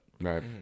right